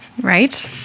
Right